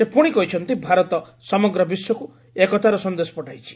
ସେ ପୁଶି କହିଛନ୍ତି ଭାରତ ସମଗ୍ର ବିଶ୍ୱକୁ ଏକତାର ସନ୍ଦେଶ ପଠାଇଛି